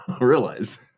realize